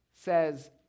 says